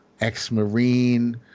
ex-marine